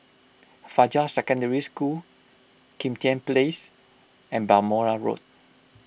Fajar Secondary School Kim Tian Place and Balmoral Road